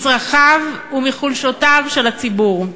מצרכיו ומחולשותיו של הציבור.